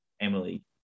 Emily